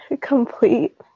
complete